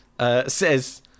says